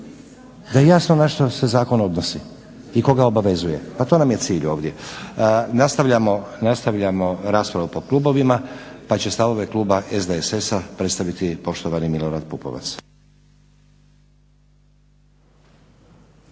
da je jasno na što se zakon odnosi i koga obavezuje, pa to nam je cilj ovdje. Nastavljamo raspravu po klubovima pa će stavove kluba SDSS-a predstaviti poštovani Milorad Pupovac.